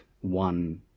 one